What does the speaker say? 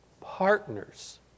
partners